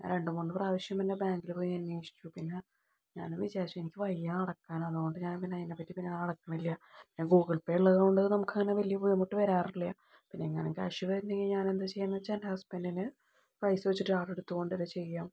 ഞാൻ രണ്ടു മൂന്നു പ്രാവശ്യം മുന്നേ ബാങ്കില് പോയി അന്വേഷിച്ചിരുന്നു പിന്നെ ഞാന് വിചാരിച്ചു എനിക്ക് വയ്യാതെ നടക്കാൻ അതുകൊണ്ട് ഞാന് അതിനെ പറ്റി പിന്നെ നടക്കണില്ല ഞാന് ഗൂഗിള്പേ ഉള്ളതുകൊണ്ട് നമുക്ക് അങ്ങനെ വലിയ ബുദ്ധിമുട്ട് വരാറില്ല എങ്ങാനും ക്യാഷ് വരുന്നെങ്കില് ഞാനെന്തു ചെയ്യുകയെന്ന് വച്ചാല് ഹസ്ബന്ഡിന് പൈസ വച്ച് ആള് എടുത്തോണ്ട് വരികയാണ് ചെയ്യുക